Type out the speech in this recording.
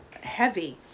heavy